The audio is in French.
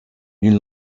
d’une